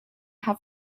have